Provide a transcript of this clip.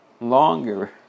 Longer